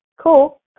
cool